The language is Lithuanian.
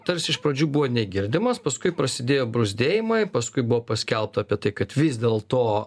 tarsi iš pradžių buvo negirdimas paskui prasidėjo bruzdėjimai paskui buvo paskelbta apie tai kad vis dėlto